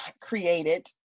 created